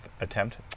attempt